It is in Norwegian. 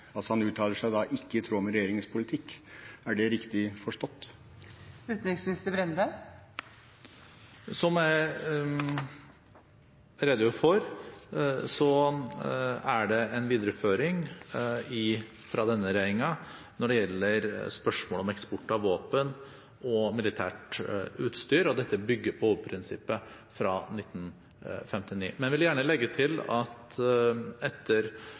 uttaler seg i tråd med regjeringens politikk. Er det riktig forstått? Som jeg redegjorde for, er det en videreføring fra denne regjeringen når det gjelder spørsmålet om eksport av våpen og militært utstyr, og dette bygger på hovedprinsippet fra 1959. Men jeg vil gjerne legge til at etter